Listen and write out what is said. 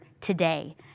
today